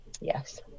Yes